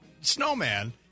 snowman